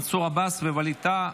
מנסור עבאס ווליד טאהא.